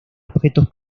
objetos